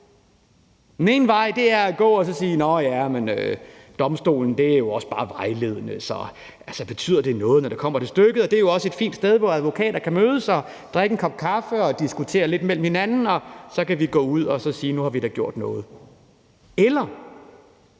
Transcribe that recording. Den ene vej at gå er at sige: Nåh ja, men domstolen er jo også bare vejledende, så betyder det noget, når det kommer til stykket? Og det er jo også et fint sted, hvor advokater kan mødes og drikke en kop kaffe og diskutere lidt imellem hinanden, og så kan vi gå ud at sige, at nu har vi da gjort noget. Eller